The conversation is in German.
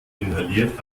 inhaliert